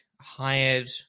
hired